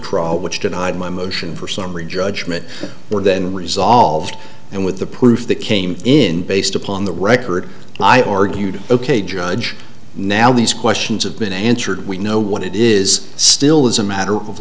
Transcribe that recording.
crawl which denied my motion for summary judgment were then resolved and with the proof that came in based upon the record i argued ok judge now these questions have been answered we know what it is still is a matter of